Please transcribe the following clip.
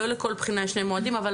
לא לכל בחינה יש שני מועדים.